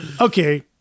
Okay